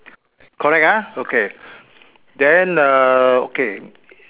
correct ah okay then err okay